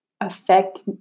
affect